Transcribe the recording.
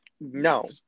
no